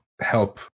help